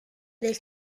del